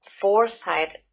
foresight